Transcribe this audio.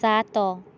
ସାତ